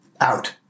out